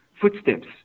footsteps